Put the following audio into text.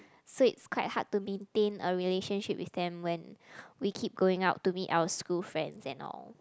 so it's quite hard to maintain a relationship with them when we keep going out to meet our school friends and all